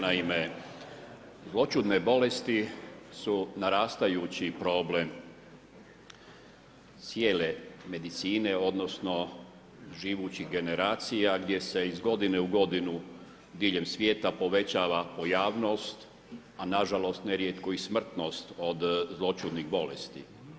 Naime, zloćudne bolesti su narastajući problem cijele medicine odnosno živućih generacija gdje se iz godine u godinu, diljem svijeta, povećava pojavnost, a nažalost nerijetko i smrtnost od zloćudnih bolesti.